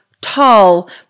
tall